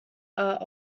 are